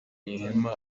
ihema